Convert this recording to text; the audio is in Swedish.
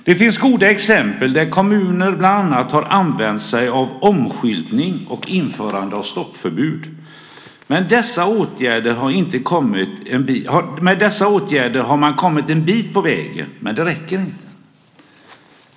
Det finns goda exempel där kommuner bland annat har använt omskyltning och införande av stoppförbud. Med dessa åtgärder har man kommit en bit på vägen, men det räcker inte.